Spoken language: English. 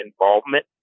involvement